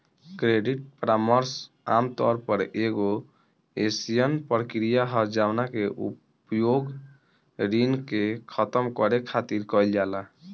credit परामर्श आमतौर पर एगो अयीसन प्रक्रिया ह जवना के उपयोग ऋण के खतम करे खातिर कईल जाला